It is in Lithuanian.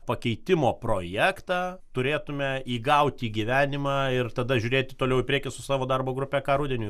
pakeitimo projektą turėtume įgauti gyvenimą ir tada žiūrėti toliau į prekį su savo darbo grupe ką rudeniui